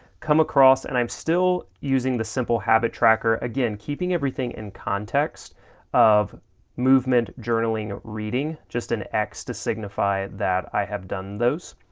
come across and i'm still using the simple habit tracker, again keeping everything in context of movement, journaling, reading, just an x to signify that i have done those.